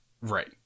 Right